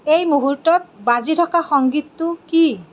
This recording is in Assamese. এই মুহূৰ্তত বাজি থকা সংগীতটো কি